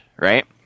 right